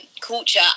culture